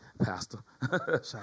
pastor